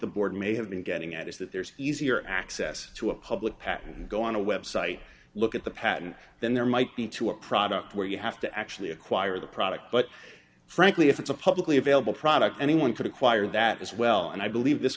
the board may have been getting at is that there's easier access to a public patent go on a website look at the patent than there might be to a product where you have to actually acquire the product but frankly if it's a publicly available product anyone could acquire that as well and i believe this